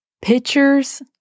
pictures